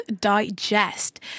digest